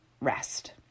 rest